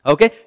Okay